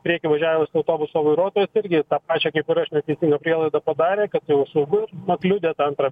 prieky važiavęs autobuso vairuotojas irgi tą pačią kaip ir aš neteisingą prielaidą padarė kad jau saugu pakliudė tą antrą